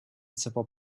simple